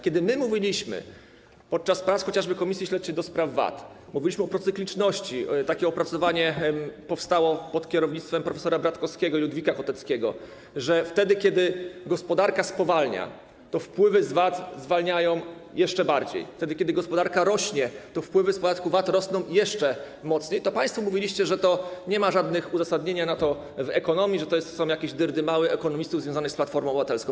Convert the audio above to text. Kiedy mówiliśmy, chociażby podczas prac komisji śledczej do spraw VAT, o procykliczności - takie opracowanie powstało pod kierownictwem prof. Bratkowskiego i Ludwika Koteckiego - że wtedy, kiedy gospodarka spowalnia, to wpływy z VAT zwalniają jeszcze bardziej, wtedy kiedy gospodarka rośnie, to wpływy z podatku VAT rosną jeszcze mocniej, to państwo mówiliście, że to nie ma żadnego uzasadnienia w ekonomii, że to są jakieś dyrdymały ekonomistów związanych z Platformą Obywatelską.